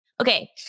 Okay